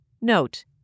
Note